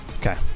Okay